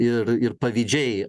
ir ir pavydžiai